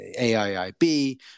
AIIB